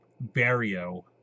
Barrio